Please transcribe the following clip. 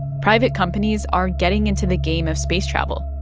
private companies are getting into the game of space travel.